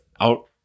out